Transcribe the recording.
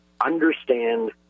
understand